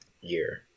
year